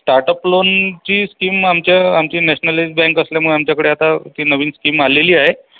startup लोनची scheme आमच्या आमची नॅशनलाईज बँक असल्यामुळे आमच्याकडे आता ती नवीन स्कीम आलेली आहे